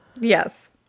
Yes